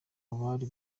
abari